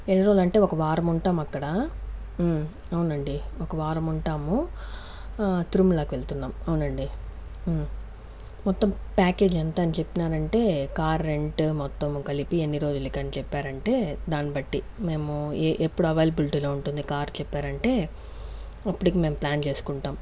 ఎన్ని రోజులు అంటే ఒక వారం ఉంటాం అక్కడ అవునండి ఒక వారం ఉంటాము తిరుమలకి వెళ్తున్నాం అవునండి మొత్తం ప్యాకేజ్ ఎంత అని చెప్పినానంటే కార్ రెంట్ మొత్తం కలిపి ఎన్ని రోజులకి అని చెప్పారంటే దాన్నిబట్టి మేము ఎ ఎప్పుడు అవైలబిలిటీ లో ఉంటుంది కారు చెప్పారంటే అప్పటికి మేము ప్లాన్ చేసుకుంటాం